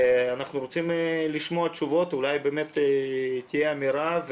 אנחנו רוצים לשמוע תשובות, אולי באמת תהיה אמירה.